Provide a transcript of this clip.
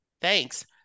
Thanks